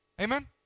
Amen